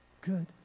good